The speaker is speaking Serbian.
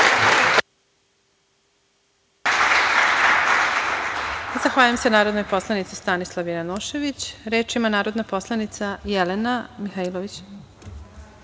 Zahvaljujem se narodnoj poslanici Stanislavi Janošević. Reč ima narodni poslanik Jelena Mihailović.